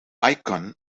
icon